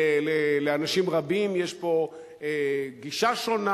לאנשים רבים יש פה גישה שונה.